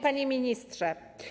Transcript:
Panie Ministrze!